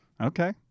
Okay